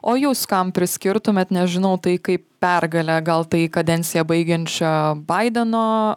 o jūs kam priskirtumėt nežinau tai kaip pergalę gal tai kadenciją baigiančio baideno